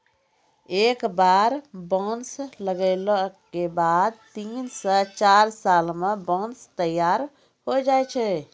एक बार बांस लगैला के बाद तीन स चार साल मॅ बांंस तैयार होय जाय छै